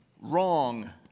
wrong